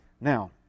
Now